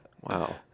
Wow